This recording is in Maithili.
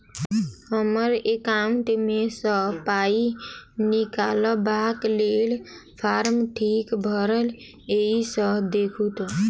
हम्मर एकाउंट मे सऽ पाई निकालबाक लेल फार्म ठीक भरल येई सँ देखू तऽ?